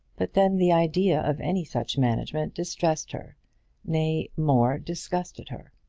but then the idea of any such management distressed her nay, more, disgusted her.